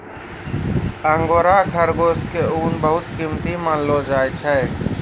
angora खरगोश के ऊन बहुत कीमती मानलो जाय छै